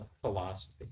Philosophy